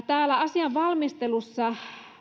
täällä asian valmistelussa